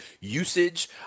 usage